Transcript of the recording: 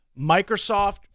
Microsoft